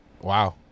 Wow